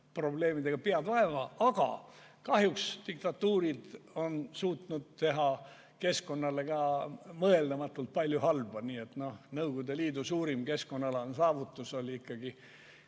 probleemidega pead vaevama. Aga kahjuks on diktatuurid suutnud teha keskkonnale ka mõeldamatult palju halba. Näiteks Nõukogude Liidu suurim keskkonnaalane saavutus oli Araali